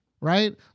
right